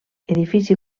edifici